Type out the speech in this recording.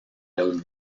los